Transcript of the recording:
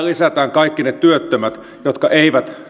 kaikki ne työttömät jotka eivät